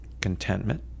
contentment